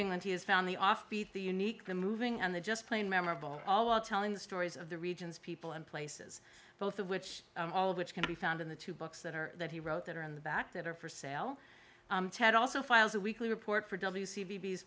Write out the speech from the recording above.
england he has found the offbeat the unique the moving and the just plain memorable all while telling the stories of the region's people and places both of which all of which can be found in the two books that are that he wrote that are in the back that are for sale ted also files a weekly report for w